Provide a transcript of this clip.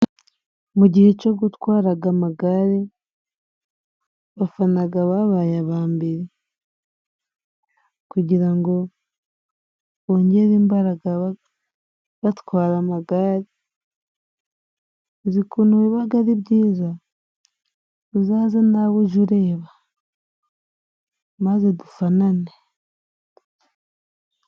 Mu gihe cyo gutwaraga amagare bafanaga ababaye aba mbere kugira ngo bongere imbaraga batwara amagare uzi ukuntu bibaga ari byiza! Uzaze nawe uje ureba maze dufanane.